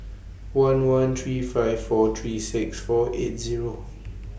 one one three five four three six four eight Zero